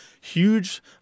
huge